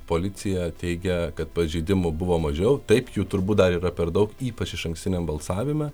policija teigia kad pažeidimų buvo mažiau taip jų turbūt dar yra per daug ypač išankstiniam balsavimą